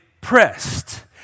pressed